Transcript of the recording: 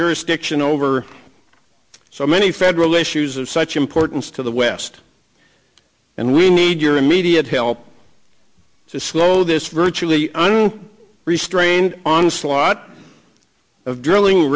jurisdiction over so many federal issues of such importance to the west and we need your immediate help to slow this virtually restrained onslaught of drilling